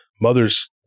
mother's